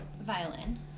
Violin